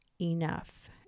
enough